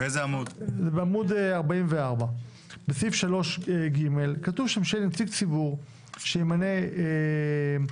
זה בעמוד 44. בסעיף 3 (ג') כתוב שם שנציג ציבור שימנה יושב